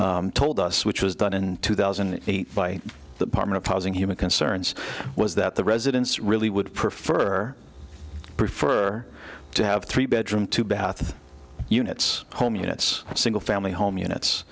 told us which was done in two thousand and eight by the partner of housing human concerns was that the residents really would prefer prefer to have three bedroom two bath units home units single family home units